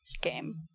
game